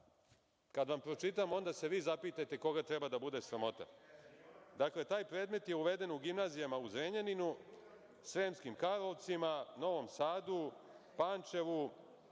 vam pročitam onda se vi zapitajte koga treba da bude sramota. Dakle, taj predmet je uveden u gimnazijama u Zrenjaninu, Sremskim Karlovcima, Novom Sadu, Pančevu,